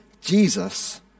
Jesus